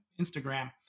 Instagram